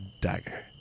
dagger